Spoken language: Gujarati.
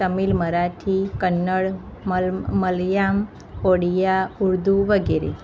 તમિલ મરાઠી કન્નડ મલયાલમ ઓડિયા ઉર્દૂ વગેરે